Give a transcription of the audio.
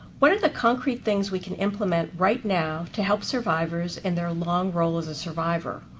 what are the concrete things we can implement right now to help survivors in their long role as a survivor?